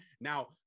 Now